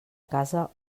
casa